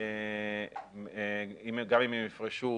גם אם הם יפרשו